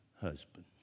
husband